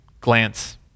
glance